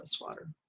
water